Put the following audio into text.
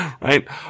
right